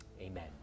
Amen